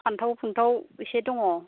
फान्थाव फुन्थाव एसे दङ